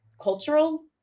cultural